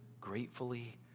gratefully